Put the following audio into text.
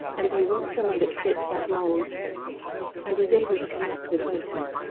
and they want someone that fits that mold and is able to connect with voters.